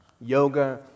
yoga